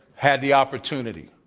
had the opportunity.